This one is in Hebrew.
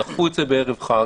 דחפו את זה בערב חג